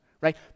right